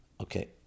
Okay